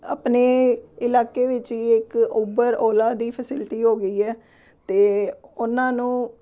ਆਪਣੇ ਇਲਾਕੇ ਵਿੱਚ ਵੀ ਇੱਕ ਉਬਰ ਓਲਾ ਦੀ ਫੈਸਿਲਿਟੀ ਹੋ ਗਈ ਹੈ ਅਤੇ ਉਹਨਾਂ ਨੂੰ